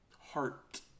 Heart